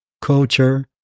culture